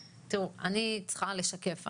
תראו, אני צריכה לשקף.